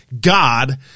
God